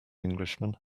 englishman